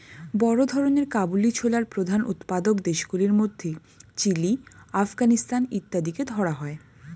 বড় ধরনের কাবুলি ছোলার প্রধান উৎপাদক দেশগুলির মধ্যে চিলি, আফগানিস্তান ইত্যাদিকে ধরা হয়